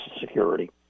Security